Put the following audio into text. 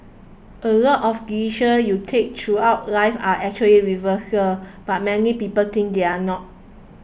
a lot of decisions you take throughout life are actually reversible but many people think they're not